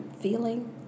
feeling